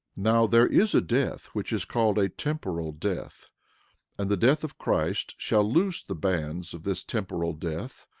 now, there is a death which is called a temporal death and the death of christ shall loose the bands of this temporal death,